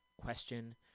question